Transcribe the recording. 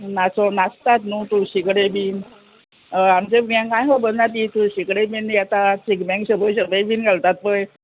नाचो नाचतात न्हू तुकडे बीन आमचे बँकांय खबर ना ती तुळशी कडेन बीन येता सिग्यांक सगळी सगळी बीन घालतात पय